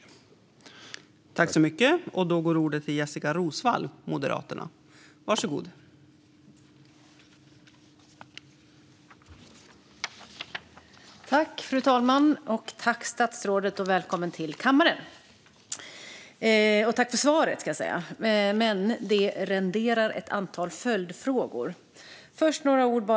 Då interpellanten anmält att han var förhindrad att närvara vid sammanträdet medgav förste vice talmannen att Jessika Roswall i stället fick delta i debatten.